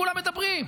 כולם מדברים.